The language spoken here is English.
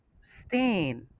stain